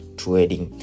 trading